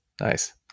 nice